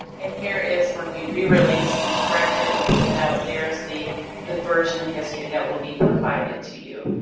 and here is when we re-release, and correct it, and put it out. there's the the version history that will be provided to you.